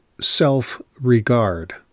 self-regard